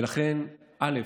ולכן, א.